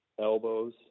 elbows